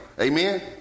Amen